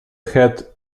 had